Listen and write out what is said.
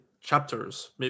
chapters